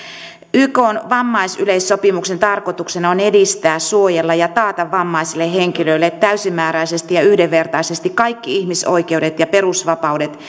ykn vammaisyleissopimuksen tarkoituksena on edistää suojella ja taata vammaisille henkilöille täysimääräisesti ja yhdenvertaisesti kaikki ihmisoikeudet ja perusvapaudet